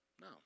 No